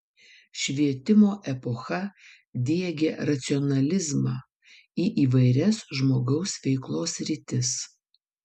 švietimo epocha diegė racionalizmą į įvairias žmogaus veiklos sritis